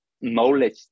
knowledge